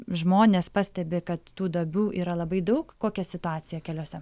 žmonės pastebi kad tų duobių yra labai daug kokia situacija keliuose